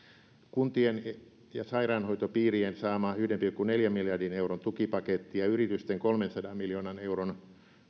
kuntien ja sairaanhoitopiirien saama yhden pilkku neljän miljardin euron tukipaketti ja yritysten kolmensadan miljoonan euron